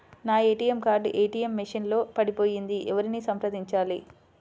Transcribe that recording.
నా ATM card ATM machine లో పడిపోయింది ఎవరిని సంప్రదించాలి?